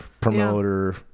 promoter